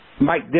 Mike